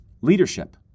leadership